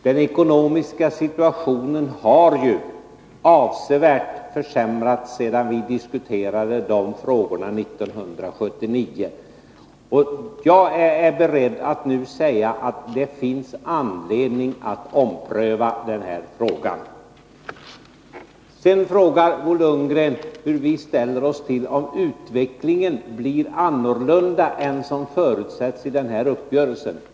Fru talman! Bo Lundgren frågar om det s.k. villaägarlöftet. Jag vill gärna säga att den ekonomiska situationen har avsevärt försämrats sedan vi diskuterade frågorna 1979. Jag är beredd att nu säga att det finns anledning att ompröva den här frågan. Sedan frågar Bo Lundgren hur vi ställer oss om utvecklingen blir en annan än den som förutsetts i den här uppgörelsen.